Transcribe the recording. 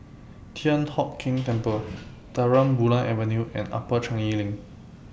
Thian Hock Keng Temple Terang Bulan Avenue and Upper Changi LINK